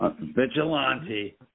Vigilante